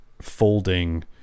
folding